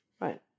Right